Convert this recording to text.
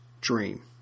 dream